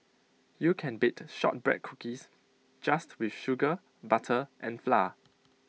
you can bake Shortbread Cookies just with sugar butter and flour